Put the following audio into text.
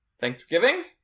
Thanksgiving